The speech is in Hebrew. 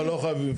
לא, לא חייבים.